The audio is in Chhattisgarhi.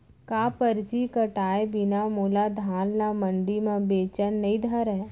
का परची कटाय बिना मोला धान ल मंडी म बेचन नई धरय?